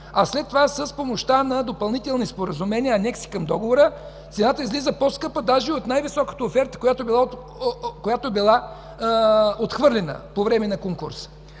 а след това с помощта на допълнителни споразумения, анекси към договора, цената излиза по-скъпа даже и от най-високата оферта, която е била отхвърлена по време на конкурса.